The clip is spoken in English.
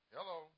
Hello